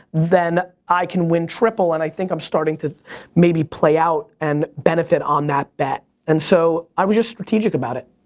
then i can win triple. and i think i'm starting to maybe play out and benefit on that bet. and so, i was just strategic about it.